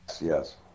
yes